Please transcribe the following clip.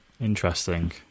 Interesting